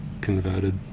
converted